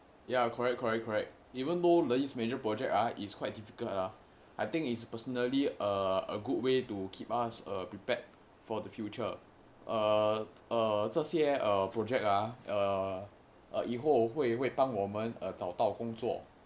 ya correct correct correct even though these major project ah is quite difficult lah I think it's personally a a good way to keep us err prepared for the future err err 这些 err project ah err 哦以后会会帮我们找到工作